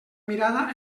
mirada